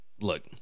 Look